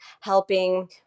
helping